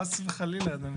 חס וחלילה.